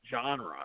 genre